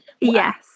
Yes